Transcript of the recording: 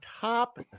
top